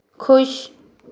खुश